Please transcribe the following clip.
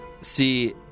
See